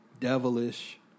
devilish